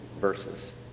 verses